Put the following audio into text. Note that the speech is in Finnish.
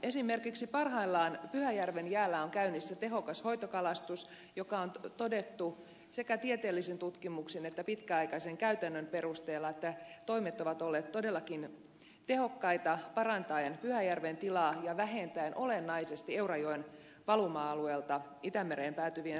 esimerkiksi parhaillaan pyhäjärven jäällä on käynnissä tehokas hoitokalastus josta on todettu sekä tieteellisin tutkimuksin että pitkäaikaisen käytännön perusteella että toimet ovat olleet todellakin tehokkaita parantaen pyhäjärven tilaa ja vähentäen olennaisesti eurajoen valuma alueelta itämereen päätyvien ravinteiden määrää